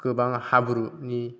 गोबां हाब्रुनि